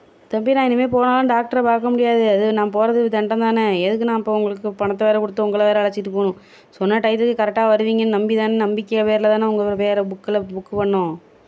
தம்பி நான் இனிமேல் போனாலும் டாக்ட்ரை பார்க்க முடியாது அது நான் போகிறதே தண்ட தானே எதுக்கு நான் இப்போது உங்களுக்கு பணத்தை வேறு கொடுத்து உங்களை வேறு அழைச்சிட்டு போகணும் சொன்ன டையத்துக்கு கரெட்டாக வருவீங்கன்னு நம்பி தானே நம்பிக்கை பேரில் தானே உங்கள் இதில் புக்கில் புக்கு பண்ணிணோம்